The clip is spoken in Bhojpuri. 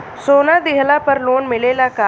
सोना दिहला पर लोन मिलेला का?